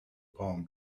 palm